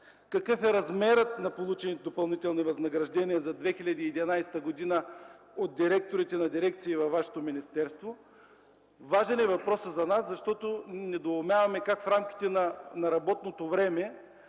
Какъв е размерът на получените допълнителни възнаграждения за 2011 г. от директорите на дирекции във Вашето министерство? За нас въпросът е важен, защото недоумяваме как в рамките на работното време